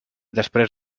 després